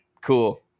cool